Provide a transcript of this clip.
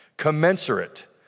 commensurate